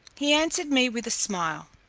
he answered me with a smile,